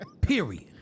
Period